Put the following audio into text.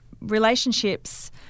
relationships